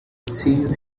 seals